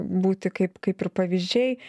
būti kaip kaip ir pavyzdžiai